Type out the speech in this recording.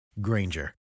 Granger